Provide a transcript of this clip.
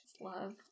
love